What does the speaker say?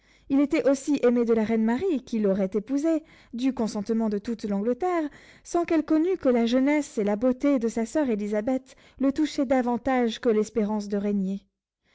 il était aussi aimé de la reine marie qui l'aurait épousé du consentement de toute l'angleterre sans qu'elle connût que la jeunesse et la beauté de sa soeur élisabeth le touchaient davantage que l'espérance de régner